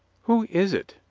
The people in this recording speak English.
who is it?